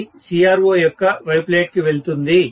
అది CRO యొక్క Y plate కి వెళ్తుంది